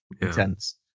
intense